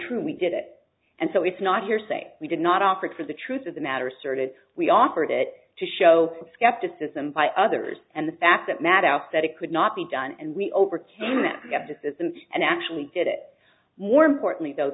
true we did it and so it's not hearsay we did not offer it for the truth of the matter asserted we offered it to show skepticism by others and the fact that matter out that it could not be done and we overturn that just isn't an actually did it more importantly tho